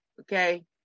Okay